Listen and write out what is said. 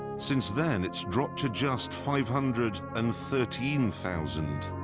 since then, it's dropped to just five hundred and thirteen thousand.